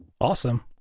Awesome